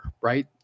right